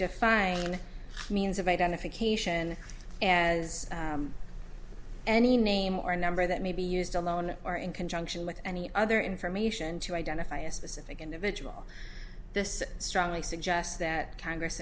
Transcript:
define a means of identification as any name or a number that may be used alone or in conjunction with any other information to identify a specific individual this strongly suggests that congress